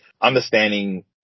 understanding